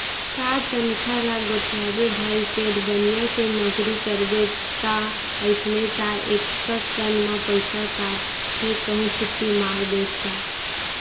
का तनखा ल गोठियाबे भाई सेठ बनिया के नउकरी करबे ता अइसने ताय एकक कन म पइसा काटथे कहूं छुट्टी मार देस ता